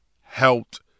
helped